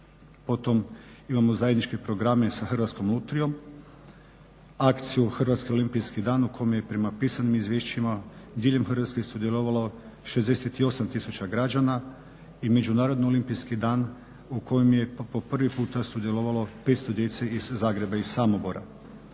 Potom imamo zajedničke programe sa Hrvatskom lutrijom, akciju Hrvatski olimpijski dan u kome je prema pisanim izvješćima diljem Hrvatske sudjelovalo 68000 građana i Međunarodni olimpijski dan u kojem je po prvi puta sudjelovalo 500 djece iz Zagreba i Samobora.